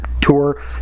tour